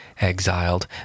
exiled